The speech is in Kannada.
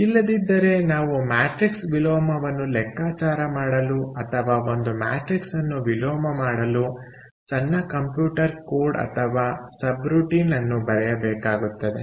ಇಲ್ಲದಿದ್ದರೆ ನಾವು ಮ್ಯಾಟ್ರಿಕ್ಸ್ನ ವಿಲೋಮವನ್ನು ಲೆಕ್ಕಾಚಾರ ಮಾಡಲು ಅಥವಾ ಒಂದು ಮ್ಯಾಟ್ರಿಕ್ಸ್ಅನ್ನು ವಿಲೋಮ ಮಾಡಲು ಸಣ್ಣ ಕಂಪ್ಯೂಟರ್ ಕೋಡ್ ಅಥವಾ ಸಬ್ರುಟೀನ್ ಅನ್ನು ಬರೆಯಬೇಕಾಗುತ್ತದೆ